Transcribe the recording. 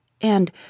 and